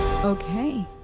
Okay